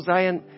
Zion